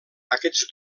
aquests